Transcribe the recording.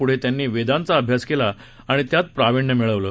पुढे त्यांनी वेदांचा अभ्यास केला आणि त्यांत प्रावीण्य मिळवले